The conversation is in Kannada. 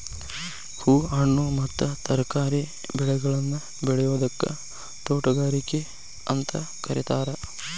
ಹೂ, ಹಣ್ಣು ಮತ್ತ ತರಕಾರಿ ಬೆಳೆಗಳನ್ನ ಬೆಳಿಯೋದಕ್ಕ ತೋಟಗಾರಿಕೆ ಅಂತ ಕರೇತಾರ